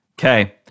Okay